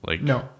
No